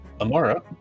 Amara